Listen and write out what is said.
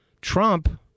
Trump